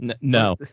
No